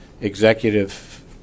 executive